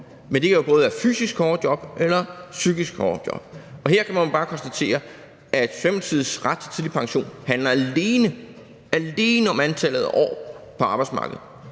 Men det kan jo både være fysisk hårde job og psykisk hårde job, og her kan man bare konstatere, at Socialdemokratiets ret til tidlig pension alene – alene – handler om antallet af år på arbejdsmarkedet.